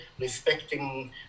respecting